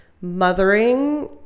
mothering